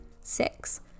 Six